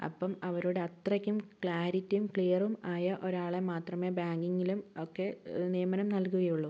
അപ്പം അവരോട് അത്രയ്ക്കും ക്ലാരിറ്റിയും ക്ലിയറും ആയ ഒരാളെ മാത്രമേ ബാങ്കിങ്ങിലും ഒക്കെ നിയമനം നൽകുകയുള്ളൂ